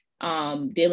Dealing